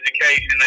education